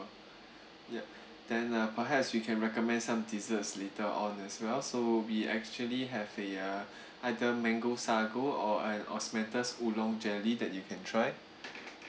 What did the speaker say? ya then ah perhaps we can recommend some desserts later on as well so we actually have a uh either mango sago or i~ osmanthus oolong jelly that you can try